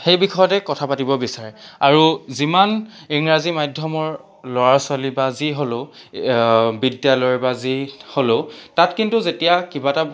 সেই বিষয়তে কথা পাতিব বিচাৰে আৰু যিমান ইংৰাজী মাধ্যমৰ ল'ৰা ছোৱালী বা যি হ'লেও বিদ্যালয় বা যি হ'লেও তাত কিন্তু যেতিয়া কিবা এটা